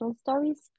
stories